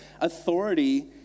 authority